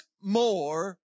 more